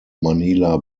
manila